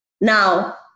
Now